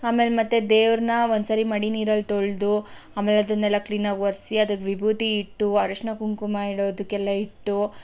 ಆಮೇಲೆ ಮತ್ತೆ ದೆವ್ರನ್ನ ಒಂದುಸರಿ ಮಡಿ ನೀರಲ್ಲಿ ತೊಳೆದು ಆಮೇಲೆ ಅದನ್ನೆಲ್ಲ ಕ್ಲೀನಾಗಿ ಒರ್ಸಿ ಅದಕ್ಕೆ ವಿಭೂತಿ ಇಟ್ಟು ಅರಿಸಿನ ಕುಂಕುಮ ಇಡೋದಕ್ಕೆಲ್ಲ ಇಟ್ಟು